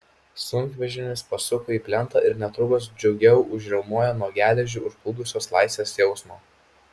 sunkvežimis pasuko į plentą ir netrukus džiugiau užriaumojo nuo geležį užplūdusios laisvės jausmo